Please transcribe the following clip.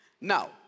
Now